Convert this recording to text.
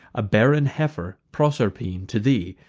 a barren heifer, proserpine, to thee,